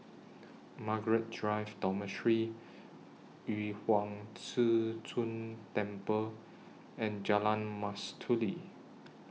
Margaret Drive Dormitory Yu Huang Zhi Zun Temple and Jalan Mastuli